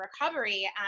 recovery